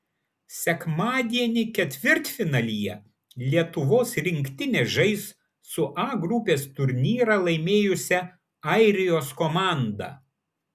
sekmadienį ketvirtfinalyje lietuvos rinktinė žais su a grupės turnyrą laimėjusia airijos komanda